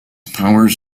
powers